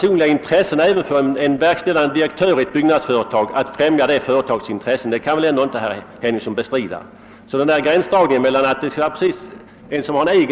Självfallet har även en verkställande direktör i ett byggnadsföretag starka personliga ÖnSsS kemål att främja sitt företags intressen. Det kan väl inte herr Henningsson bestrida. Gränsdragningen mellan en innehavare av